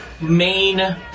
main